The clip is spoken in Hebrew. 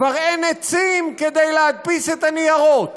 כבר אין עצים כדי להדפיס את הניירות.